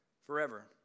forever